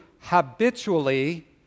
habitually